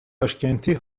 başkenti